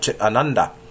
Ananda